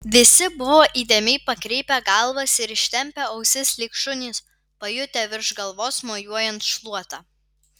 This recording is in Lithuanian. visi buvo įdėmiai pakreipę galvas ir ištempę ausis lyg šunys pajutę virš galvos mojuojant šluota